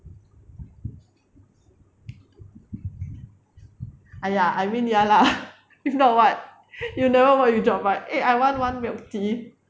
!aiya! I mean ya lah if not what you never work your job right eh I want one milk tea